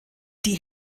die